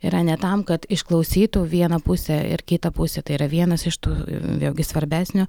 yra ne tam kad išklausytų vieną pusę ir kitą pusę tai yra vienas iš tų vėlgi svarbesnių